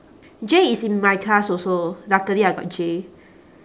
J is in my class also luckily I got J